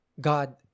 God